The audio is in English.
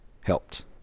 helped